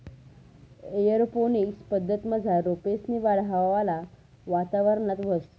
aeroponics पद्धतमझार रोपेसनी वाढ हवावाला वातावरणात व्हस